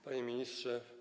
Panie Ministrze!